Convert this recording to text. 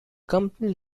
company